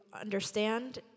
understand